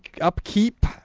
upkeep